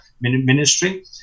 ministry